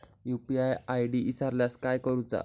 UPI ID इसरल्यास काय करुचा?